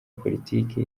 politiki